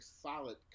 solid